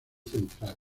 central